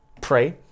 pray